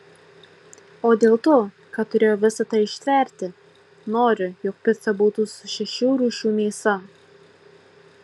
o dėl to kad turėjau visa tai ištverti noriu jog pica būtų su šešių rūšių mėsa